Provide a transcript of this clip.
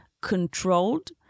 controlled